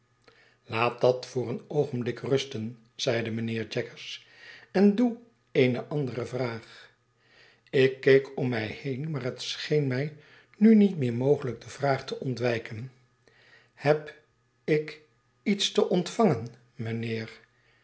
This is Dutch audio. laat dat voor een oogenblik rusten zeide mijnheer jaggers en doe eene andere vraag ik keek om my keen maar het scheen mij nu niet meer mogelijk de vraag te ontwijken heb t ik iets te ontvangen mijnheer